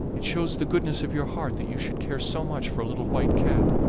it shows the goodness of your heart that you should care so much for a little white cat,